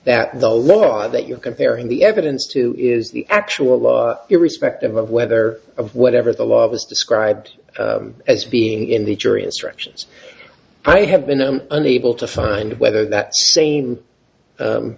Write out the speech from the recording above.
that the law that you're comparing the evidence to is the actual law irrespective of whether of whatever the law was described as being in the jury instructions i have been i'm unable to find whether that same